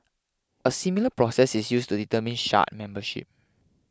a similar processes is used to determine shard membership